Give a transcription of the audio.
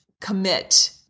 commit